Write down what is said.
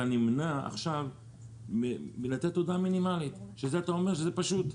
אתה נמנע עכשיו מלתת הודעה מינימלית שאתה אומר שזה פשוט.